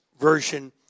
version